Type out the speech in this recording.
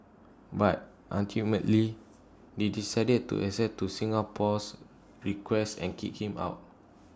but ultimately they decided to accede to Singapore's request and kick him out